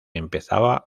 empezaba